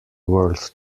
world